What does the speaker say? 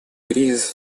кризис